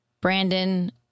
Brandon